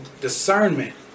discernment